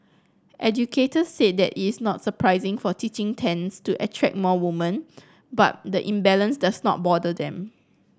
educators said that it is not surprising for teaching tends to attract more woman but the imbalance does not bother them